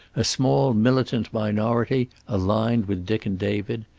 a small militant minority, aligned with dick and david,